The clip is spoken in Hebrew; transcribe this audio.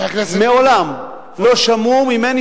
מעולם לא שמעו ממני,